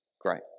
Great